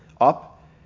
up